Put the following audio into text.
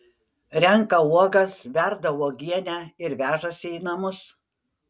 renka uogas verda uogienę ir vežasi į namus